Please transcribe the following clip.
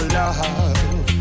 love